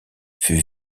fut